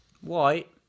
White